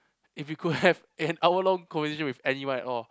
if you could have an hour long conversation with anyone at all